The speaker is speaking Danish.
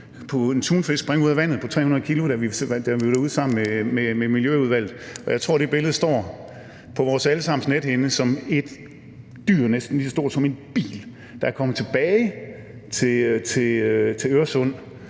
på 300 kg springe op af vandet, da vi var derude med Miljøudvalget, og jeg tror, at det står på vores alle sammens nethinde som billedet på et dyr, næsten lige så stor som en bil, der er kommet tilbage til Øresund,